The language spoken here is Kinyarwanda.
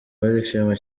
barishima